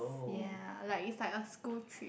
ya like it's like a school trip